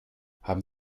haben